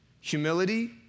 Humility